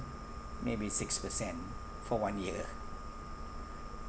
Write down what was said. maybe six percent for one year